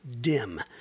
dim